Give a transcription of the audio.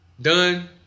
done